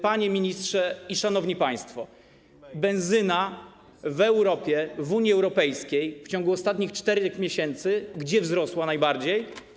Panie ministrze, szanowni państwo, benzyna w Europie, w Unii Europejskiej w ciągu ostatnich czterech miesięcy gdzie wzrosła najbardziej?